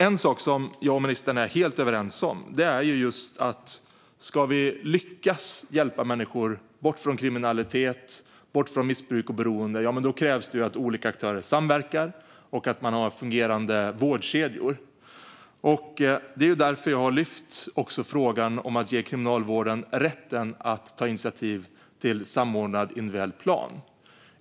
En sak som jag och ministern är helt överens om är just att om vi ska lyckas hjälpa människor bort från kriminalitet och bort från missbruk och beroende krävs det att olika aktörer samverkar och att man har fungerande vårdkedjor. Det är därför som jag också har lyft fram frågan om att ge Kriminalvården rätten att ta initiativ till samordnad individuell plan.